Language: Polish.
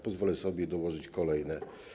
Pozwolę sobie dołożyć kolejne.